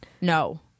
No